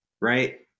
right